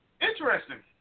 interesting